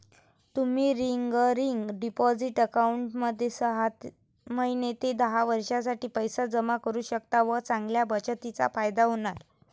तुम्ही recurring deposit अकाउंटमध्ये सहा महिने ते दहा वर्षांसाठी पैसे जमा करू शकता व चांगल्या बचतीचा फायदा होणार